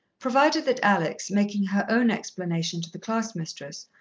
provided that alex, making her own explanation to the class-mistress,